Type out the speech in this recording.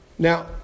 Now